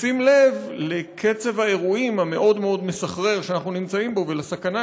בשים לב לקצב האירועים המאוד-מסחרר שאנחנו נמצאים בו ולסכנה